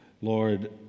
Lord